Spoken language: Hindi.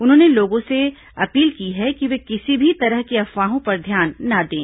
उन्होंने लोगों से अपील की है कि वे किसी भी तरह की अफवाहों पर ध्यान न दें